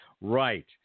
Right